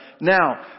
Now